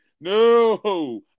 No